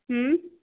ହୁଁ